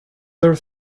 their